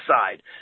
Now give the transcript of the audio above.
side